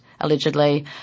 allegedly